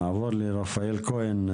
נעבור לרפאל כהן,